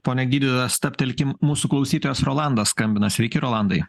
pone gydytoja stabtelkim mūsų klausytojas rolandas skambina sveiki rolandai